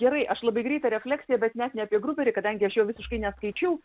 gerai aš labai greitą refleksiją bet net ne apie gruberį kadangi aš jo visiškai neskaičiau